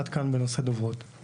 עד כאן בנושא הדוברות.